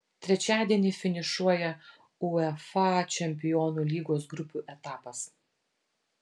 trečiadienį finišuoja uefa čempionų lygos grupių etapas